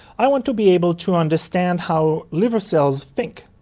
i want to be able to understand how liver cells think,